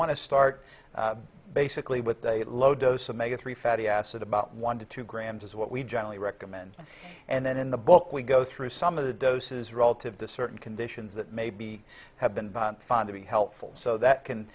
want to start basically with a low dose of mega three fatty acid about one to two grams is what we generally recommend and then in the book we go through some of the doses relative to certain conditions that maybe have been found to be helpful so that can